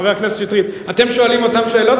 חבר הכנסת שטרית: אתם שואלים אותן שאלות,